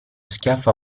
schiaffo